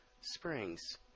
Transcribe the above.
Springs